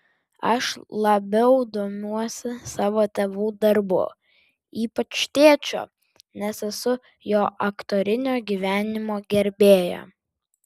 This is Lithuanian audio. aš labiau domiuosi savo tėvų darbu ypač tėčio nes esu jo aktorinio gyvenimo gerbėja